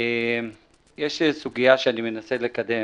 יש סוגיה שאני מנסה לקדם.